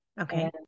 Okay